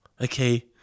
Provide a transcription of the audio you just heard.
okay